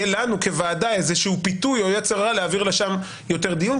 יהיה לנו כוועדה איזה שהוא פיתוי או יצר הרע להעביר לשם יותר דיון,